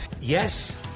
yes